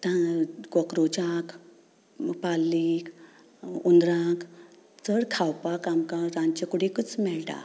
कॉक्रोचांक पालींक हुंदरांक चड खावपाक आमकां रांदचे कुडींतूच मेळटा